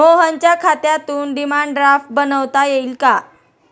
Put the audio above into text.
मोहनच्या खात्यातून demand draft बनवता येईल का?